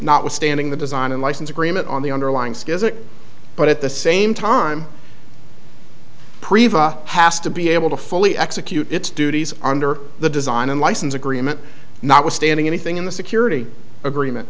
notwithstanding the design and license agreement on the underlying skills it but at the same time has to be able to fully execute its duties under the design and license agreement not withstanding anything in the security agreement